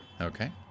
Okay